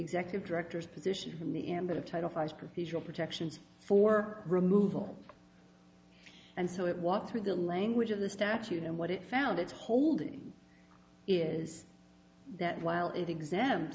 executive directors position from the ambit of title five procedural protections for removal and so it was through the language of the statute and what it found its holding is that while